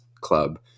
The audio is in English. club